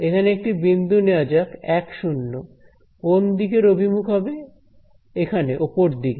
এখানে একটি বিন্দু নেয়া যাক 1 0 কোন দিকের অভিমুখ হবে এখানে উপর দিকে